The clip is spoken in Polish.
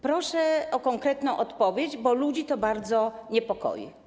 Proszę o konkretną odpowiedź, bo ludzi to bardzo niepokoi.